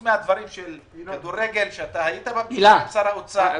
היית בפגישה עם שר האוצר,